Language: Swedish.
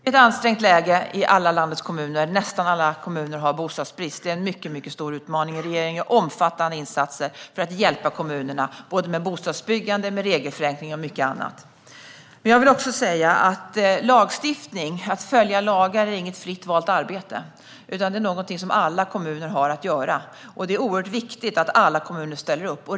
Herr talman! Läget är ansträngt i alla landets kommuner. Nästan alla kommuner har bostadsbrist. Detta är en mycket stor utmaning, och regeringen gör omfattande insatser för att hjälpa kommunerna i fråga om bostadsbyggande, regelförenklingar och mycket annat. Jag vill också säga att det inte är något fritt valt arbete att följa lagar. Det är någonting som alla kommuner har att göra, och det är oerhört viktigt att alla kommuner ställer upp.